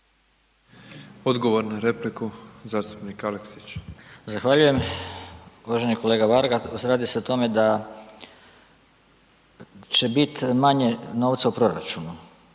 Odgovor na repliku, zastupnik Aleksić. **Aleksić, Goran (SNAGA)** Zahvaljujem uvaženi kolega Varga. Radi se o tome da će biti manje novca u proračunu,